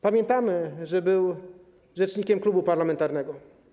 Pamiętamy, że był rzecznikiem klubu parlamentarnego.